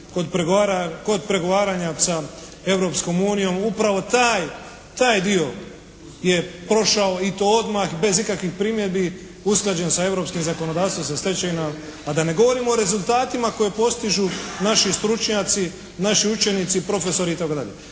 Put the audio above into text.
kod pregovaranja sa Europskom unijom upravo taj dio je prošao i to odmah bez ikakvih primjedbi, usklađen sa europskim zakonodavstvom sa stečevinama, a da ne govorimo o rezultatima koje postižu naši stručnjaci, naši učenici i profesori itd.